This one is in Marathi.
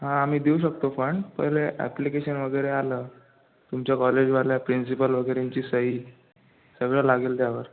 आम्ही देऊ शकतो पण पहिले अॅप्लिकेशन वगैरे आलं तुमच्या कॉलेजवाल्या प्रिन्सिपल वगैरेंची सही सगळं लागेल त्यावर